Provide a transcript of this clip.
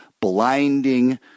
blinding